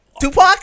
Tupac